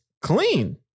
clean